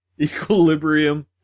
equilibrium